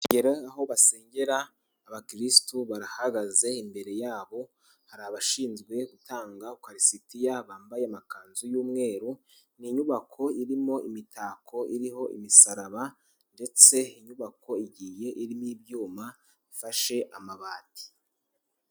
Aho basengera abakirisitu barahagaze, imbere yabo hari abashinzwe gutanga ukarisitiya, bambaye amakanzu y'umweru, ni inyubako irimo imitako iriho imisaraba, ndetse inyubako igiye iriho n'ibyuma bifashe amabati.